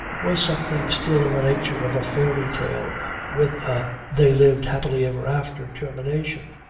was something still in the nature of a fairy-tale with a they lived happy ever after termination.